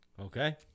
Okay